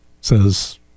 says